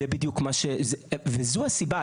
זו הסיבה.